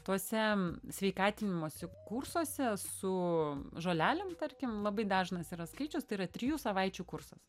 tuose sveikatinimosi kursuose su žolelėm tarkim labai dažnas yra skaičius tai yra trijų savaičių kursas